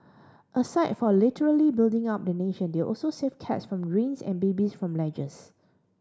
aside from literally building up the nation they also save cats from drains and babies from ledges